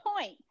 point